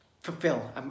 fulfill